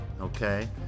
okay